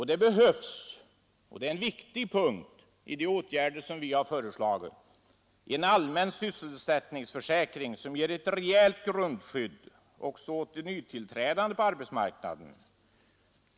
Det behövs — och det är en viktig punkt i de åtgärder som vi har föreslagit — en allmän sysselsättningsförsäkring, som ger ett rejält grundskydd också åt de nytillträdande på arbetsmarknaden.